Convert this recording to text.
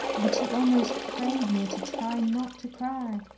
but she almost prayed me to try not to cry,